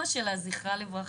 הצבעה לא אושרה.